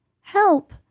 Help